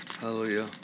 Hallelujah